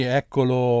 eccolo